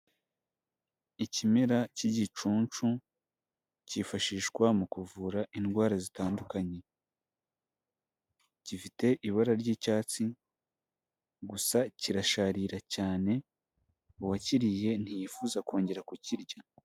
Ikimera cy'igicuncu, cyifashishwa mu kuvura indwara zitandukanye. Gifite ibara ry'icyatsi gusa kirasharira cyane, uwakiriye ntiyifuza kongera ku kirya.